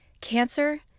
cancer